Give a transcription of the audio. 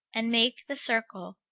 and make the circle,